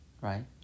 right